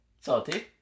Salty